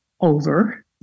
over